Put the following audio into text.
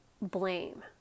blame